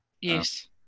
yes